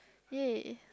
ya